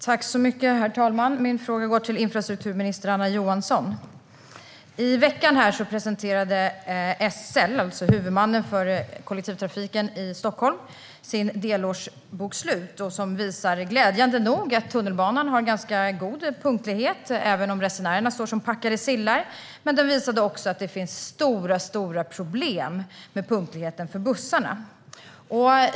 Herr talman! Min fråga går till infrastrukturminister Anna Johansson. I veckan presenterade SL, huvudmannen för kollektivtrafiken i Stockholm, sitt delårsbokslut. Det visar, glädjande nog, att tunnelbanan har god punktlighet - även om resenärerna står som packade sillar. Bokslutet visade också att det finns stora problem med punktligheten för bussarna.